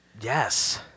Yes